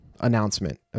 announcement